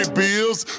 bills